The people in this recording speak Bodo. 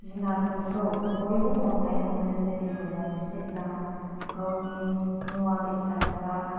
जुनारफोरखौ बयबो अन्नाय मोनो जेरै न'आव फिसिब्ला गावनि मुवा बेसाद बा